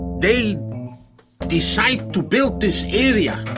they decide to build this area,